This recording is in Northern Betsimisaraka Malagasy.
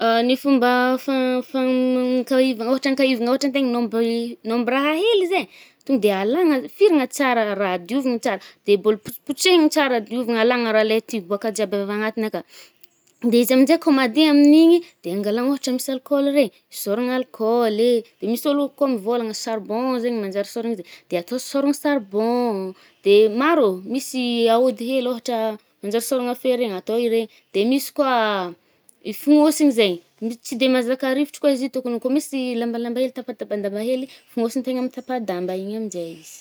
Ny fomba fa-fanan-fankahivagna ôhatra ankahivagna ôhatra antegna nomba rômbrotra hely zay, to de alàgna le, firagna tsara raha, diovigny tsara de bôla potsipotsehigny tsara, diovigna alàgna raha le ti ivoàka jiaby agnatiny kà. De izy aminje kô madî amin’igny, de angalà ôhatra misy alkôla regny, sôragna alcohol e, de misy ôlo koà mivolagna sarbon zaigny manjary sôragna zio, de atô sôragna sarbon, de maro ô, misy i, aody hely ôhatra manjary sôragna fery regny atô e regny misy koà, i finosigny zaigny, misy tsy de mazahka a rivotry koà izy, tôkogny koà misy lambalamba hely tapatapadamba hely fognosin-tegna amy tapa-dambaigny aminje izy.